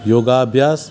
योगा अभ्यास